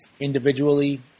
individually